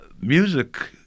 Music